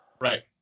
Right